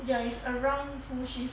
ya it's around full shift